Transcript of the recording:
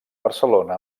barcelona